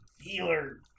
healer